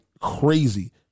crazy